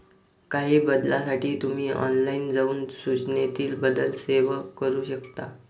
काही बदलांसाठी तुम्ही ऑनलाइन जाऊन सूचनेतील बदल सेव्ह करू शकता